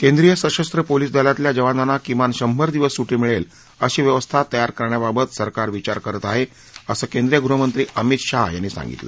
केंद्रीय सशस्त्र पोलीस दलातल्या जवानांना किमान शंभर दिवस सुट्टी मिळेल अशी व्यवस्था तयार करण्याबाबत सरकार विचार करत आहे असं केंद्रीय गृहमंत्री अमित शाह यांनी आज सांगितलं